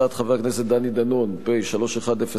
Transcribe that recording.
הצעת חבר הכנסת דני דנון, פ/3109/18,